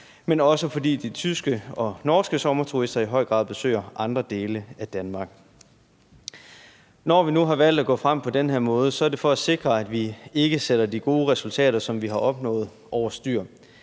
men også fordi de tyske og norske sommerturister i høj grad besøger andre dele af Danmark. Når vi nu har valgt at gå frem på den her måde, er det for at sikre, at vi ikke sætter de gode resultater, som vi har opnået, over styr.